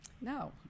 no